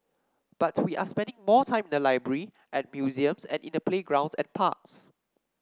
but we are spending more time in the library at museums and in the playgrounds and parks